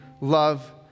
love